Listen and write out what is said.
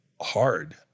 hard